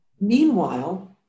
Meanwhile